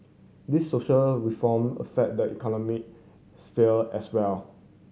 these social reform affect the economic sphere as well